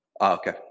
Okay